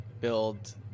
build